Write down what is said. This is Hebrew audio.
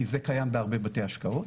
כי זה קיים בהרבה בתי השקעות,